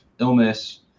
illness